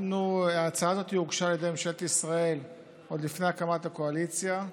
ההצעה הזאת הוגשה על ידי ממשלת ישראל עוד לפני הקמת הקואליציה.